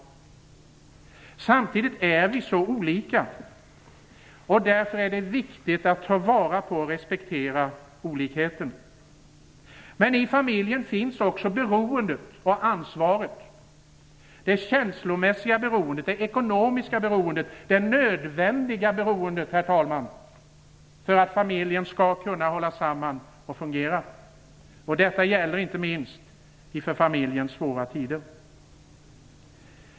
Samtidigt är vi så olika. Därför är det viktigt att ta vara på och respektera olikheten. I familjen finns också beroendet och ansvaret. Det är det känslomässiga, ekonomiska och det nödvändiga beroendet, herr talman, för att familjen skall kunna hålla samman och fungera. Detta gäller inte minst i för familjen svåra tider.